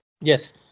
yes